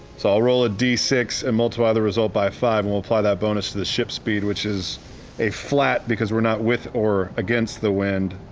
so i'll roll a d six and multiply the result by five, and we'll apply that bonus to the ship speed, which is a flat, because we're not with or against the wind,